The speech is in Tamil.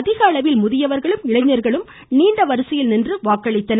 அதிக அளவில் முதியவர்களும் இளைஞர்களும் நீண்ட வரிசையில் நின்று வாக்களித்து வருகின்றனர்